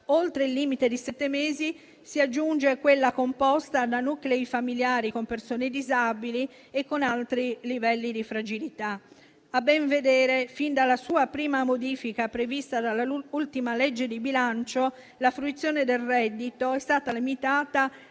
oltre il limite di sette mesi, si aggiunge quella composta da nuclei familiari con persone disabili e con altri livelli di fragilità. A ben vedere, fin dalla sua prima modifica prevista dall'ultima legge di bilancio, la fruizione del reddito è stata limitata